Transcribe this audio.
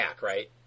right